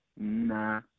Nah